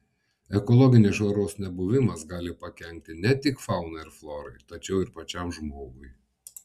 ekologinės švaros nebuvimas gali pakenkti ne tik faunai ir florai tačiau ir pačiam žmogui